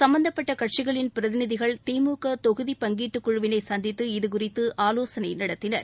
சம்பந்தப்பட்ட கட்சிகளின் பிரதிநிதிகள் திமுக தொகுதிப் பங்கீட்டுக் குழுவினை சந்தித்து இதுகுறித்து ஆலோசனை நடத்தினர்